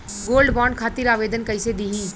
Gold bond खातिर आवेदन कैसे दिही?